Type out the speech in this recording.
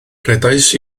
rhedais